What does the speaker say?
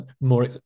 more